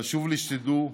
חשוב לי שתדעו: